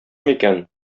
микән